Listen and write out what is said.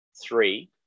Three